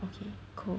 okay cool